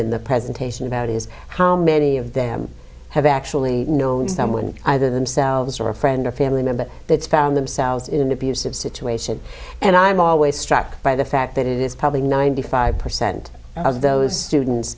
in the presentation about is how many of them have actually known somebody either themselves or a friend or family member that's found themselves in an abusive situation and i'm always struck by the fact that it is probably ninety five percent of those students